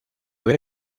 ver